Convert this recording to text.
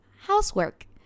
housework